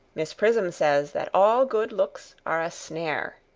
miss prism says that all good looks are a snare.